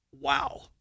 Wow